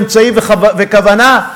אמצעי וכוונה,